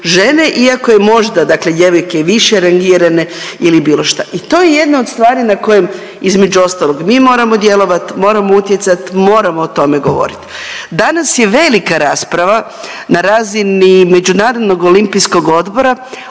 iako je možda dakle djevojke i više rangirane ili bilo šta. I to je jedna od stvari na kojem između ostalog mi moramo djelovati, moramo utjecati, moramo o tome govoriti. Danas je velika rasprava na razini Međunarodnog olimpijskog odbora